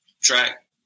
track